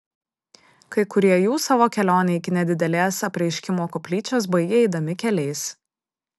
kai kurie jų savo kelionę iki nedidelės apreiškimo koplyčios baigė eidami keliais